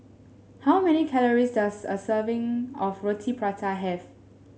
how many calories does a serving of Roti Prata have